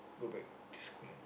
go back to school